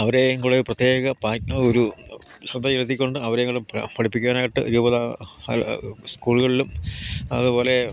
അവരെയും കൂടെ പ്രത്യേക പാക്ക് ഒരു ശ്രദ്ധ ചെലുത്തിക്കൊണ്ട് അവരെകുടെ പഠിപ്പിക്കാനായിട്ട് യുവ സ്കൂളുകളിലും അതുപോലെ